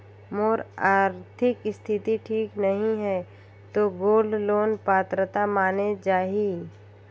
मोर आरथिक स्थिति ठीक नहीं है तो गोल्ड लोन पात्रता माने जाहि?